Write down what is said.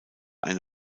eine